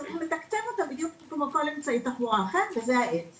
צריך לתקצב אותה בדיוק כמו כל אמצעי אחר וזה העץ